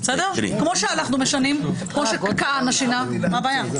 כמו שאנחנו משנים, כמו שכהנא שינה, מה הבעיה?